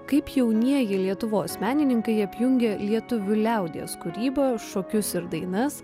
kaip jaunieji lietuvos menininkai apjungė lietuvių liaudies kūrybą šokius ir dainas